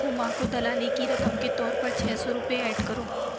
ہما کو دلالی کی رقم کے طور پر چھ سو روپے ایڈ کرو